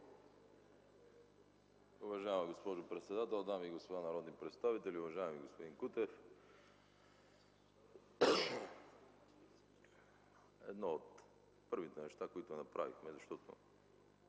Уважаема госпожо председател, дами и господа народни представители! Уважаеми господин Кутев, едно от първите неща, които направихме, защото